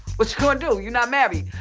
what you gonna do? you not married.